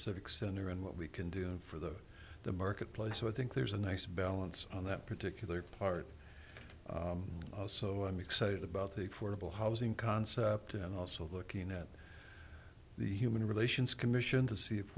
civic center and what we can do for the the marketplace so i think there's a nice balance on that particular part so i'm excited about the fordable housing concept and also looking at the human relations commission to see if